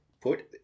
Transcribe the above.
put